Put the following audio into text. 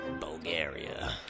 Bulgaria